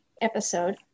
episode